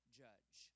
judge